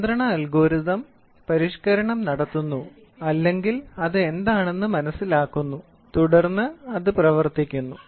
നിയന്ത്രണ അൽഗോരിതം പരിഷ്ക്കരണം നടത്തുന്നു അല്ലെങ്കിൽ അത് എന്താണെന്ന് മനസിലാക്കുന്നു തുടർന്ന് അത് പ്രവർത്തിക്കുന്നു